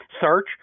Search